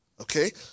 Okay